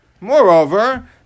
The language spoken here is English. moreover